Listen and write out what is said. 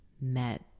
met